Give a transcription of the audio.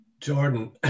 Jordan